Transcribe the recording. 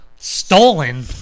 Stolen